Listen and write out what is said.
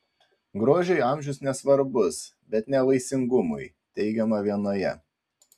grožiui amžius nesvarbus bet ne vaisingumui teigiama vienoje